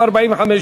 56